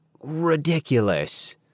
ridiculous